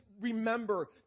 remember